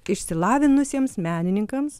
iš silavinusiems menininkams